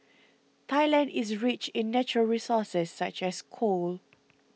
Thailand is rich in natural resources such as coal